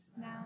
now